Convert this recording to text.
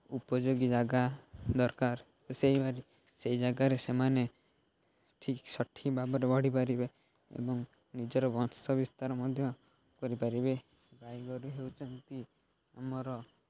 ଉପଯୋଗୀ ଜାଗା ଦରକାର ସେହିଭଳି ସେଇ ଜାଗାରେ ସେମାନେ ଠିକ୍ ସଠିକ୍ ଭାବରେ ବଢ଼ିପାରିବେ ଏବଂ ନିଜର ବଂଶ ବିସ୍ତାର ମଧ୍ୟ କରିପାରିବେ ଗାଇଗୋରୁ ହେଉଛନ୍ତି ଆମର